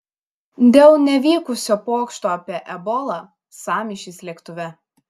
dėl nevykusio pokšto apie ebolą sąmyšis lėktuve